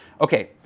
Okay